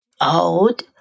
old